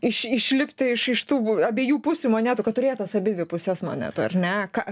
iš išlipti iš iš tų abiejų pusių monetų kad turėt tas abidvi puses monetų ar ne ką